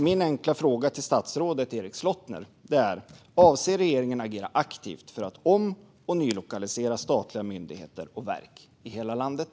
Min enkla fråga till statsrådet Erik Slottner är: Avser regeringen att agera aktivt för att om och nylokalisera statliga myndigheter och verk i hela landet?